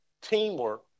teamwork